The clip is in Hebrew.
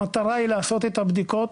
המטרה היא לעשות את הבדיקות,